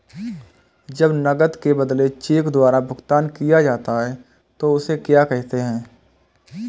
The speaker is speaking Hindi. जब नकद के बदले चेक द्वारा भुगतान किया जाता हैं उसे क्या कहते है?